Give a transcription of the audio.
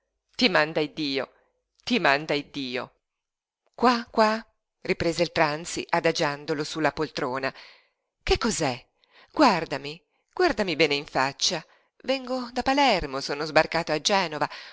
ti manda iddio ti manda iddio qua qua riprese il tranzi adagiandolo su la poltrona che cos'è guardami guardami bene in faccia vengo da palermo sono sbarcato a genova